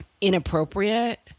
inappropriate